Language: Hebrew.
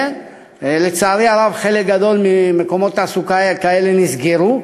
לצערי הרב חלק גדול ממקומות תעסוקה כאלה נסגרו,